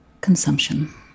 consumption